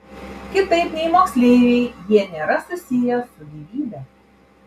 kitaip nei moksleiviai jie nėra susiję su gyvybe